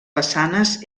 façanes